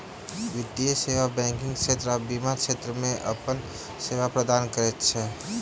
वित्तीय सेवा बैंकिग क्षेत्र आ बीमा क्षेत्र मे अपन सेवा प्रदान करैत छै